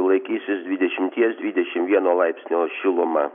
laikysis dvidešimties dvidešim vieno laipsnio šiluma